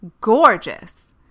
Gorgeous